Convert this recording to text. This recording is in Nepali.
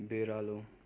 बिरालो